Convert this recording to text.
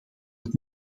het